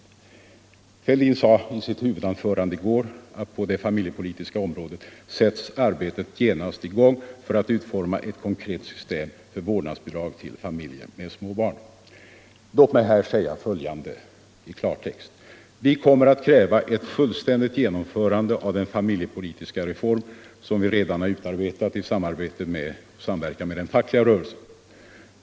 Herr Fälldin sade i sitt huvudanförande i går att på det familjepolitiska området sätts arbetet genast i gång för att utforma eu konkret system för vårdnadsbidrag till familjer med små barn. Låt mig säga i klartext: Vi kommer att kräva ett fullständigt genomförande av den familjepolitiska reform som vi redan har utarbetat i samverkan med den fackliga rörelsen.